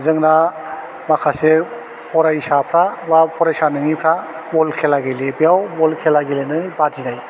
जोंना माखासे फरायसाफ्रा बा फरायसा नङिफ्रा बल खेला गेलेयो बेयाव बल खेला गेलेनो बादिनाय